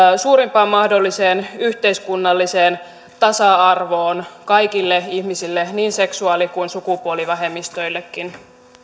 suurimpaan mahdolliseen yhteiskunnalliseen tasa arvoon kaikille ihmisille niin seksuaali kuin sukupuolivähemmistöillekin